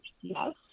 yes